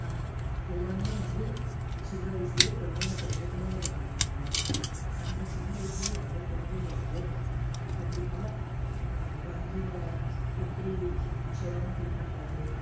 எல்லாமே வந்து சின்ன வயசுலேயே குழந்தைங்க தெரிஞ்சுகணுங்கிறதுக்காகத்தான அந்த சின்ன வயசுலேயே வந்து குழந்தைகளுக்கு கண்டிப்பாக வங்கியில் எப்படி செலான் ஃபில் பண்ணுறது